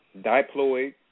diploid